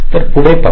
तर पुढे पाहूया